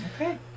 Okay